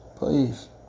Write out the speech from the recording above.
Please